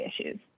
issues